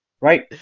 right